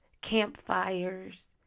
campfires